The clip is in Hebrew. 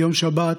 ביום שבת,